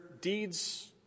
deeds